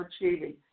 achieving